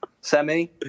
Semi